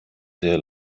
sehr